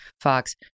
Fox